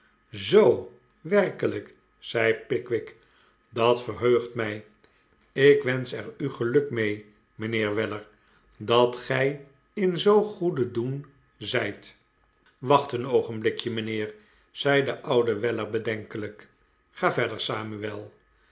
zoo werkelijk zei pickwick dat verheugt mij ik wensch er u geluk mee mijnheer weller dat gij in zoo goeden doen zijt wacht een oogenblikje mijnheer zei de oude weller bedenkelijk ga verder samuel